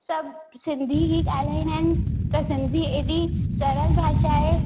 सभु सिंधी ई ॻाल्हाईंदा आहिनि त सिंधी एॾी सरल भाषा आहे